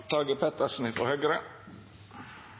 Tage Pettersen,